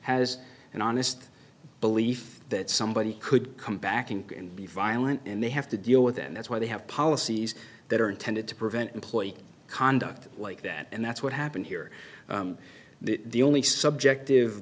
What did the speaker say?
has an honest belief that somebody could come back and be violent and they have to deal with it and that's why they have policies that are intended to prevent employee conduct like that and that's what happened here the only subjective